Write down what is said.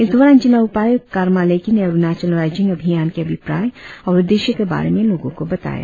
इस दौरान जिला उपायुक्त कर्मा लेकी ने अरुणाचल राईजिंग अभियान के अभिप्राय और उद्देश्य के बारे में लोगों को बताया